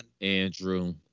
Andrew